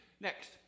Next